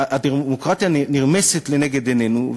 הדמוקרטיה נרמסת לנגד עינינו,